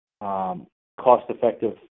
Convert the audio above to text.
cost-effective